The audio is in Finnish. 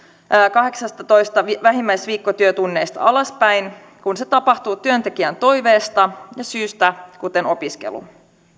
kahdeksastatoista vähimmäisviikkotyötunnista alaspäin kun se tapahtuu työntekijän toiveesta ja syystä kuten opiskelusta